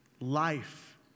life